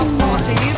party